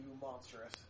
monstrous